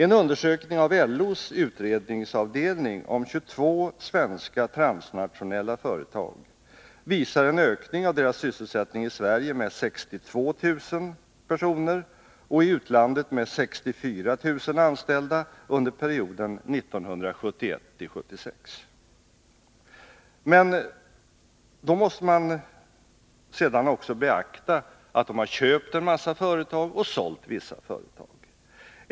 En undersökning av LO:s utredningsavdelning om 22 svenska transnationella företag visar en ökning av deras sysselsättning i Sverige med 62 000 personer och i utlandet med 64 000 anställda under perioden 1971-1976. Men då måste man också beakta att de har köpt en massa företag och sålt vissa företag.